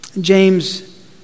James